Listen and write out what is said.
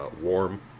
warm